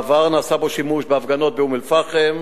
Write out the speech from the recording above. בעבר נעשה בו שימוש בהפגנות באום-אל-פחם,